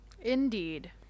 indeed